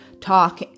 talk